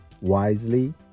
wisely